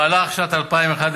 במהלך שנת 2011,